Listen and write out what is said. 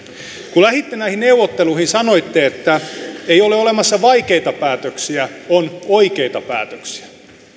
kun lähditte näihin neuvotteluihin sanoitte että ei ole olemassa vaikeita päätöksiä on oikeita päätöksiä